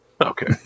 Okay